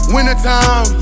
Wintertime